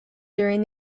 during